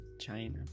China